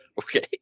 okay